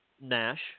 Nash